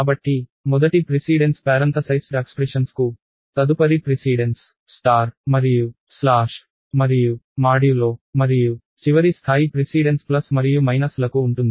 కాబట్టి మొదటి ప్రిసీడెన్స్ కుండలీకరణ వ్యక్తీకరణలకు తదుపరి ప్రిసీడెన్స్ స్టార్ మరియు స్లాష్ మరియు మాడ్యులో మరియు చివరి స్థాయి ప్రిసీడెన్స్ ప్లస్ మరియు మైనస్లకు ఉంటుంది